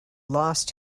lost